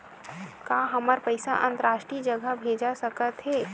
का हमर पईसा अंतरराष्ट्रीय जगह भेजा सकत हे?